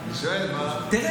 אני שואל מה התפיסה שלו,